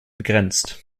begrenzt